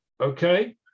okay